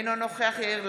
אינו נוכח יאיר לפיד,